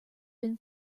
been